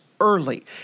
early